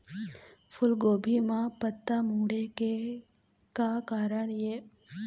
फूलगोभी म पत्ता मुड़े के का कारण ये?